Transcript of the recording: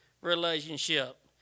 relationship